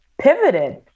pivoted